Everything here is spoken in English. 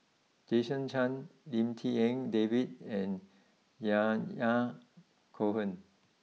Jason Chan Lim Tik En David and Yahya Cohen